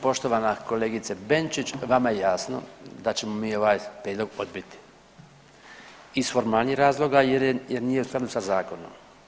Poštovana kolegice Benčić vama je jasno da ćemo mi ovaj prijedlog odbiti iz formalnih razloga jer nije u skladu sa zakonom.